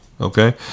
Okay